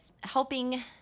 helping